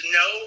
no